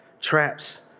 Traps